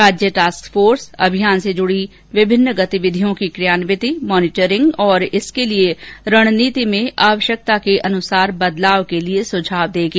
राज्य task force अभियान से जुड़ी विभिन्न गतिविधियों की क्रियान्विति मॉनिटरिंग और इसके लिए रणनीति में आवश्यकतानुसार बदलाव के लिए सुझाव देगी